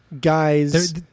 guys